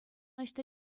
ӑҫта